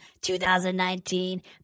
2019